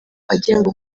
agenga